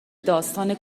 داستان